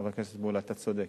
חבר הכנסת מולה, אתה צודק.